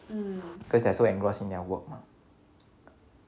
because they're so engrossed in their work mah